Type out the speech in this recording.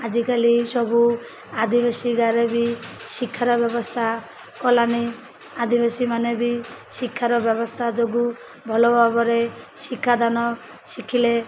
ଆଜିକାଲି ସବୁ ଆଦିବାସୀ ଗାଁରେ ବି ଶିକ୍ଷାର ବ୍ୟବସ୍ଥା କଲାନି ଆଦିବାସୀମାନେ ବି ଶିକ୍ଷାର ବ୍ୟବସ୍ଥା ଯୋଗୁଁ ଭଲ ଭାବରେ ଶିକ୍ଷାଦାନ ଶିଖିଲେ